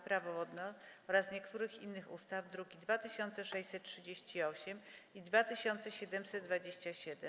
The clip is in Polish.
Prawo wodne oraz niektórych innych ustaw (druki nr 2638 i 2727)